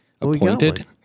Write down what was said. appointed